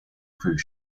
cruise